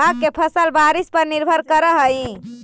भाँग के फसल बारिश पर निर्भर करऽ हइ